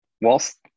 whilst